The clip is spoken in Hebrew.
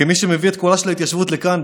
כמי שמביא את קולה של ההתיישבות לכאן,